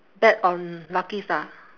bet on lucky star